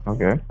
Okay